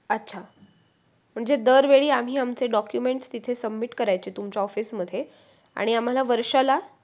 अच्छा म्हणजे दरवेळी आम्ही आमचे डॉक्युमेंट्स तिथे सबमिट करायचे तुमच्या ऑफिसमध्ये आणि आम्हाला वर्षाला